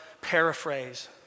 paraphrase